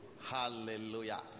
Hallelujah